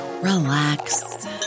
relax